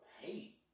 hate